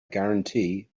guarantee